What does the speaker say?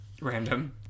random